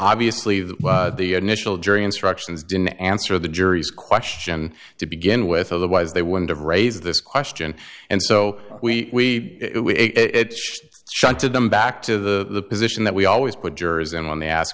obviously that the initial jury instructions didn't answer the jury's question to begin with otherwise they wouldn't have raised this question and so we tried to dumb back to the position that we always put jurors and when they ask